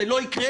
זה לא יקרה.